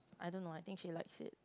I don't know I think she like it's